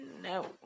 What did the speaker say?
no